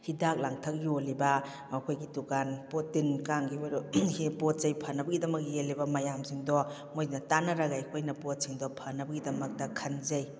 ꯍꯤꯗꯥꯛ ꯂꯥꯡꯊꯛ ꯌꯣꯜꯂꯤꯕ ꯑꯩꯈꯣꯏꯒꯤ ꯗꯨꯀꯥꯟ ꯄꯣꯠ ꯇꯤꯟ ꯀꯥꯡꯒꯤ ꯑꯣꯏꯔꯣ ꯄꯣꯠ ꯆꯩ ꯐꯅꯕꯒꯤꯗꯃꯛ ꯌꯦꯜꯂꯤꯕ ꯃꯌꯥꯝꯁꯤꯡꯗꯣ ꯃꯣꯏꯗ ꯇꯥꯅꯔꯒ ꯑꯩꯈꯣꯏꯅ ꯄꯣꯠꯁꯤꯡꯗꯣ ꯐꯅꯕꯒꯤꯗꯃꯛꯇ ꯈꯟꯖꯩ